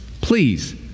please